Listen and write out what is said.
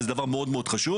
וזה דבר מאוד מאוד חשוב,